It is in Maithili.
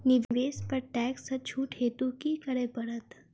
निवेश पर टैक्स सँ छुट हेतु की करै पड़त?